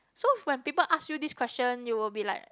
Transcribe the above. so when people ask you this question you will be like